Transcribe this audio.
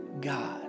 God